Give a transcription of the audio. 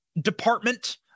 department